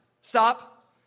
Stop